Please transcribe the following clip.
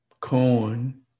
corn